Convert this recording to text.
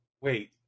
wait